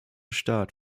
staat